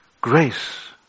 Grace